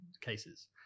cases